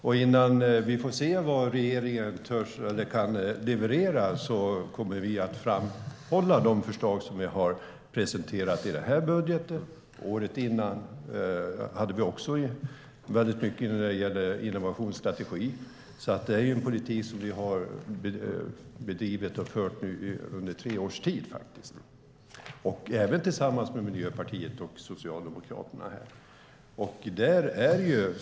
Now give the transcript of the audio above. Innan vi har sett vad regeringen törs eller kan leverera kommer vi att framhålla de förslag som vi har presenterat i årets budgetförslag, och året dessförinnan hade vi också med mycket om innovationsstrategi. Det är en politik som vi har fört under tre års tid, även tillsammans med Miljöpartiet och Socialdemokraterna.